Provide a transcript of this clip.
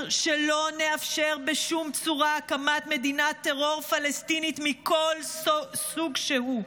שלא נאפשר בשום צורה הקמת מדינת טרור פלסטינית מכל סוג שהוא.